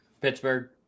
Pittsburgh